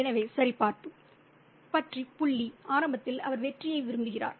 எனவே சரிபார்ப்பு பற்றி புள்ளி ஆரம்பத்தில் அவர் வெற்றியை விரும்புகிறார்